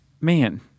man